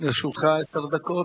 וג'מאל זחאלקה,